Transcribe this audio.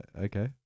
Okay